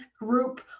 group